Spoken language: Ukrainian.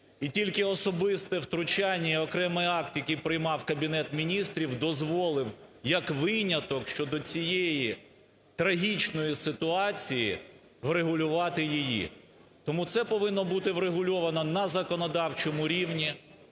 І тільки особисте втручання і окремий акт, який приймав Кабінет Міністрів, дозволив як виняток щодо цієї трагічної ситуації врегулювати її. Тому це повинно бути врегульовано на законодавчому рівні